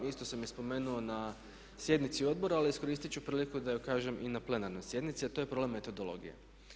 Isto sam je spomenuo na sjednici odbora, ali iskoristit ću priliku da je kažem i na plenarnoj sjednici a to je problem metodologije.